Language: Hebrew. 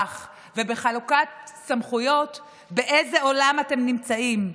ובחלוקת סמכויות: באיזה עולם אתם נמצאים?